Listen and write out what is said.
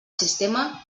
sistema